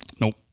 Nope